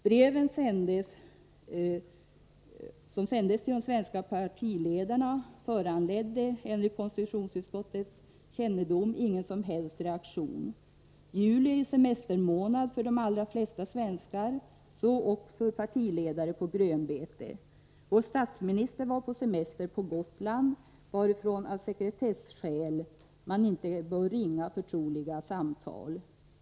Breven till de svenska Onsdagen den partiledarna föranledde, enligt konstitutionsutskottets granskning, ingen 23 maj 1984 som helst reaktion. Juli är ju semestermånad för de allra flesta svenskar, så ock för partiledare på grönbete. Vår statsminister var på semester på Gotland, varifrån man av sekretesskäl inte bör ringa förtroliga samtal.